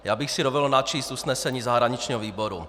Já bych si dovolil načíst usnesení zahraničního výboru.